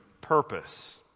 purpose